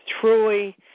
truly